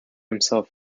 himself